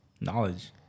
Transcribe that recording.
knowledge